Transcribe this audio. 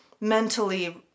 mentally